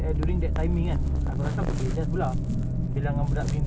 eh ikut schedule hari ini just window installation so a bit hard